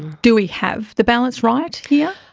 do we have the balance right here?